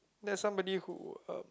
that's somebody who um